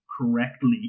correctly